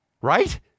right